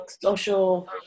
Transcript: social